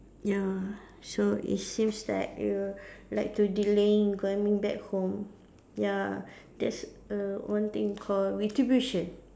ya so it seems that you like to delay in coming back home ya that's err one thing call retribution